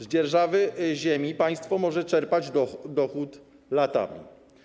Z dzierżawy ziemi państwo może czerpać dochód latami.